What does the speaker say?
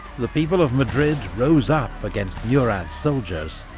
the people of madrid rose up against yeah murat's soldiers.